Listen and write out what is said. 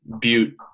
Butte